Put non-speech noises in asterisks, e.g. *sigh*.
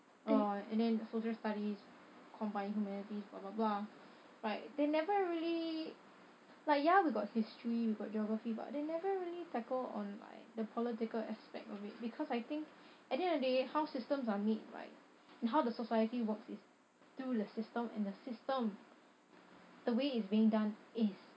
oh and then social studies combined humanities *noise* but they never really like ya we got history we got geography but they never really tackle on like the political aspect of it because I think at the end of the day day how systems are made right and how the society works is through the system and the system the way is being done is